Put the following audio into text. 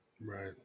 Right